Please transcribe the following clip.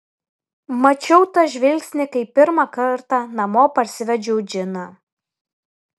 mačiau tą žvilgsnį kai pirmą kartą namo parsivedžiau džiną